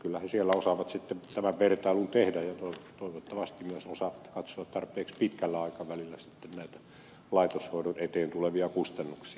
kyllä siellä osataan sitten tämä vertailu tehdä ja toivottavasti myös katsoa tarpeeksi pitkällä aikavälillä näitä laitoshoidon eteen tulevia kustannuksia